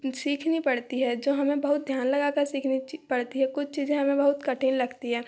सीखनी पड़ती है जो हमें बहुत ध्यान लगा कर सीखनी पड़ती है कुछ चीज़ें हमें बहुत कठिन लगती है